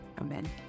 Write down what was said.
amen